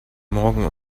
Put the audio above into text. morgen